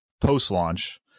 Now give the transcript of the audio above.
post-launch